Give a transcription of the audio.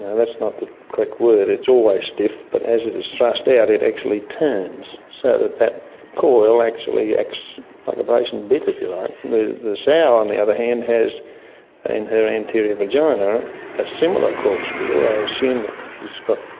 that's not the correct word, it's always stiff, but as it is thrust out it actually turns so that that coil actually acts like a brace and bit, if you like. and the the sow on the other hand has in her anterior vagina a similar corkscrew. i assume it has got,